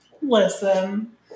Listen